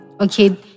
okay